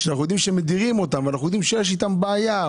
שאנחנו יודעים שמדירים אותן ואנחנו יודעים שיש איתן בעיה,